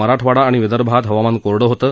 मराठवाडा आणि विदर्भात हवामान कोरडं होतं